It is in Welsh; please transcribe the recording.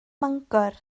mangor